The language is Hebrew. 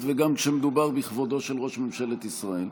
וגם כשמדובר בכבודו של ראש ממשלת ישראל.